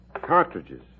cartridges